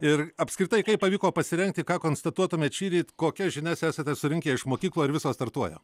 ir apskritai kaip pavyko pasirengti ką konstatuotumėt šįryt kokias žinias esate surinkę iš mokyklų ar visos startuoja